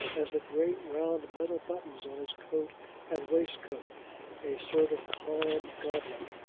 as the great round metal buttons on his coat and waistcoat a sort of calm goblin.